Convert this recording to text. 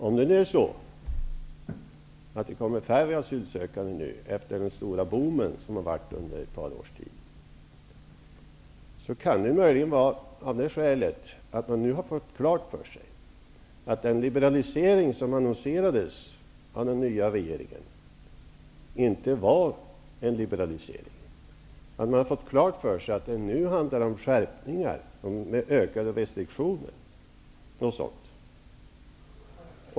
Om det är så att det nu, efter den stora boom som varit under ett par års tid, kommer färre asylsökande, kan det möjligen bero på att man nu fått klart för sig att den liberalisering som annonserades av den nya regeringen inte var någon liberalisering. Det kan bero på att man har fått klart för sig att det nu handlar om skärpningar, med ökade restriktioner.